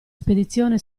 spedizione